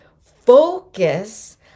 focus